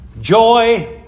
joy